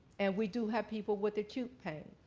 and we do have people with acute pain,